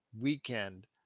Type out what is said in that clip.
weekend